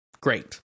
Great